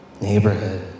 Neighborhood